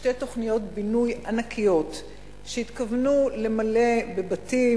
שתי תוכניות בינוי ענקיות שהתכוונו למלא בבתים